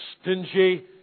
stingy